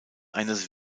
eines